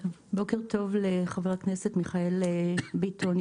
בוקר טוב לחבר הכנסת מיכאל ביטון,